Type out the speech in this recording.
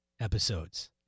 episodes